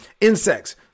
Insects